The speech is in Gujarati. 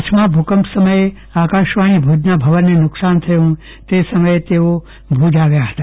કચ્છમાં ભૂકંપ સમયે આકાશવાણી ભુજના ભવનને નુકશાન થયું તે સમયે તેઓ ભુજ આવ્યા હતા